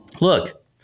Look